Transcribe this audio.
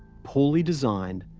poorly designed,